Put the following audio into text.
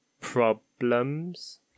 problems